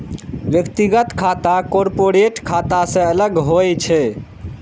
व्यक्तिगत खाता कॉरपोरेट खाता सं अलग होइ छै